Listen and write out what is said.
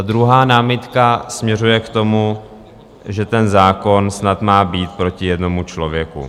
Druhá námitka směřuje k tomu, že ten zákon snad má být proti jednomu člověku.